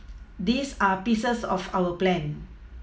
these are pieces of our plan